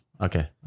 okay